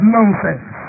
Nonsense